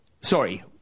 sorry